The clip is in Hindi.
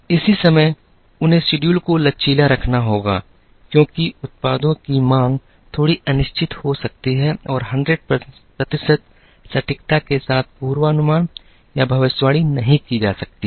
इसी समय उन्हें शेड्यूल को लचीला रखना होगा क्योंकि उत्पादों की मांग थोड़ी अनिश्चित हो सकती है और 100 प्रतिशत सटीकता के साथ पूर्वानुमान या भविष्यवाणी नहीं की जा सकती है